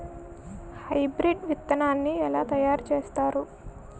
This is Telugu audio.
హైబ్రిడ్ విత్తనాన్ని ఏలా తయారు చేస్తారు?